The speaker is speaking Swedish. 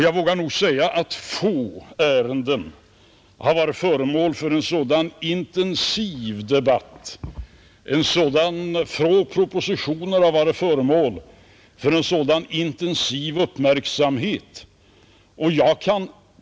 Jag vågar nog säga att få ärenden har varit föremål för en sådan intensiv debatt som detta ärende. Få propositioner har varit föremål för en sådan intensiv uppmärksamhet som dessa.